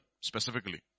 specifically